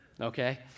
okay